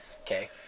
Okay